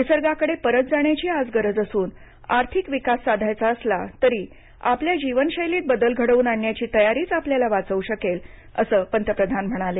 निसर्गाकडे परत जाण्याची आज गरज असून आर्थिक विकास साधायचा असला तरी आपल्या जीवनशैलीत बदल घडवून आणण्याची तयारीच आपल्याला वाचवू शकेल असं पंतप्रधान म्हणाले